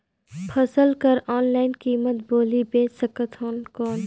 फसल कर ऑनलाइन कीमत बोली बेच सकथव कौन?